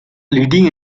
leading